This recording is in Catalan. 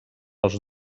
els